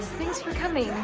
thanks for coming.